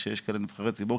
שיש כאלה נבחרי ציבור.